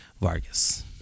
Vargas